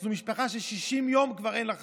זו משפחה ש-60 ימים כבר אין לה חיים.